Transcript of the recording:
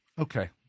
okay